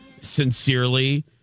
sincerely